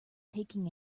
taking